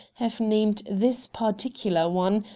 have named this particular one,